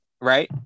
right